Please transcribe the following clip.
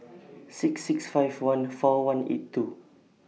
six six five one four one eight two